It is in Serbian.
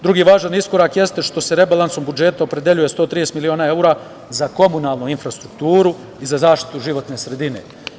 Drugi važan iskorak jeste što se rebalansom budžeta opredeljuje 130 miliona evra za komunalnu infrastrukturu i za zaštitu životne sredine.